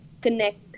connect